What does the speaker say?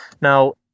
Now